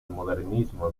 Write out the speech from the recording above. modernismo